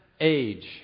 age